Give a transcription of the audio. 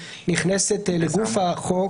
היא נכנסת לגוף החוק.